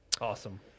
Awesome